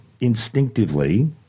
instinctively